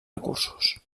recursos